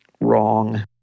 wrong